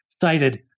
cited